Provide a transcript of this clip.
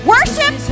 Worship